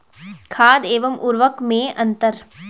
खाद एवं उर्वरक में अंतर?